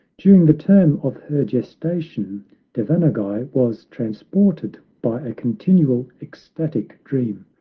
during the term of her gesta tion devanaguy was transported by a continual, ecstatic dream.